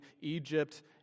Egypt